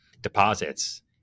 deposits